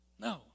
No